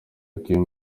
kim